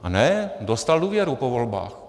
A ne, dostal důvěru po volbách.